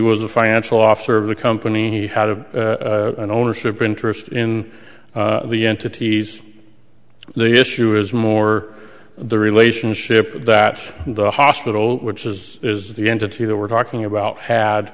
was a financial officer of the company out of an ownership interest in the entities the issue is more the relationship that the hospital which is is the entity that we're talking about had